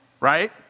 Right